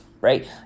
right